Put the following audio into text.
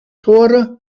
tore